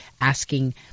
asking